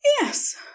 Yes